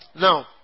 Now